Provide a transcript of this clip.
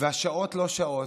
והשעות לא שעות.